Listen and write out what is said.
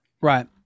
right